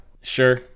Sure